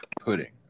pudding